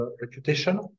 reputation